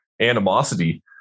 animosity